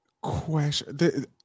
Question